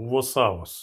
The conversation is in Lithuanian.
buvo savas